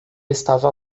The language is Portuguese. estava